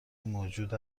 موجود